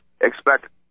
Expect